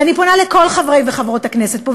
ואני פונה לכל חברי וחברות הכנסת פה,